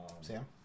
Sam